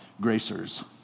gracers